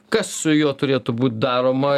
kas su juo turėtų būt daroma